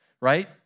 right